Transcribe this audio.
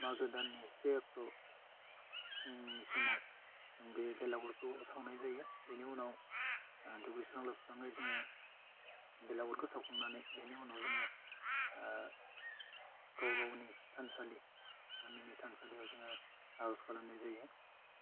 मागो दाननि से अक्ट' फुंनि समाव जों बे बेलागुरखौ सावनाय जायो बेनि उनाव दुगैस्रां लोबस्राङै जोङो बेलागुरखौ सावखांनानै बेनि उनाव जोङो गाव गावनि थानसालि गामिनि थानसालियाव जोङो आरज खालामनाय जायो